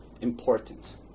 important